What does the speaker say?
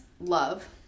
love